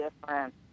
different